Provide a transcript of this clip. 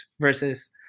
versus